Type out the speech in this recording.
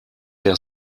der